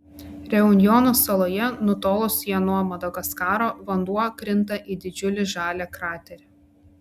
reunjono saloje nutolusioje nuo madagaskaro vanduo krinta į didžiulį žalią kraterį